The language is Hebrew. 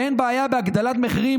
שאין בעיה בהעלאת מחירים,